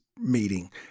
meeting